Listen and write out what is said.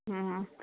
હા